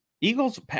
Eagles